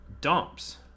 dumps